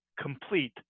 complete